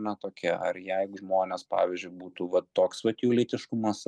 na tokia ar jeigu žmonės pavyzdžiui būtų va toks vat jų lytiškumas